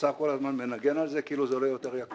האוצר כל הזמן מנגן על זה כאילו זה עולה יותר יקר.